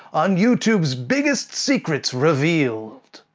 on youtube's biggest secrets, revealed!